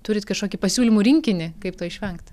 turit kažkokį pasiūlymų rinkinį kaip to išvengt